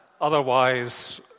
Otherwise